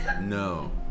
No